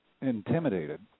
intimidated